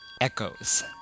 echoes